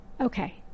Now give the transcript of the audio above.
okay